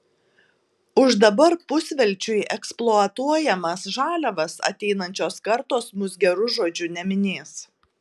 už dabar pusvelčiui eksploatuojamas žaliavas ateinančios kartos mus geru žodžiu neminės